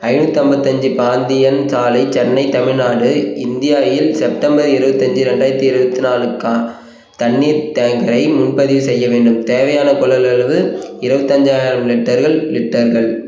ஐந்நூற்று ஐம்பத்தஞ்சு பாந்தியன் சாலை சென்னை தமிழ்நாடு இந்தியாவில் செப்டம்பர் இருபத்தஞ்சு ரெண்டாயிரத்து இருபத்தி நாலுக்கா தண்ணீர் டேங்கரை முன்பதிவு செய்ய வேண்டும் தேவையான கொள்ளளவு இருபத்தஞ்சாயிரம் லிட்டர்கள் லிட்டர்கள்